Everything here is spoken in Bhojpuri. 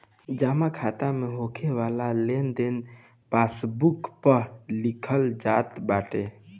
जमा खाता में होके वाला लेनदेन पासबुक पअ लिखल जात बाटे